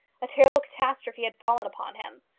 a terrible catastrophe had fallen upon him,